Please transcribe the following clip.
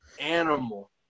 animal